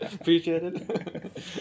appreciated